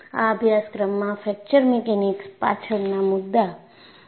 આ અભ્યાસક્રમમાં fracture mechanics પાછળના મુદ્દા પર ધ્યાન કેન્દ્રિત કરવામાં આવ્યું છે